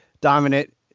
dominant